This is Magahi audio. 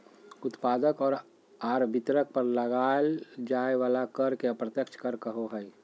उत्पादक आर वितरक पर लगाल जाय वला कर के अप्रत्यक्ष कर कहो हइ